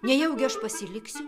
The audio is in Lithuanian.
nejaugi aš pasiliksiu